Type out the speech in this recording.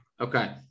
Okay